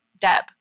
Deb